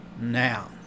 Now